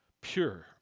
pure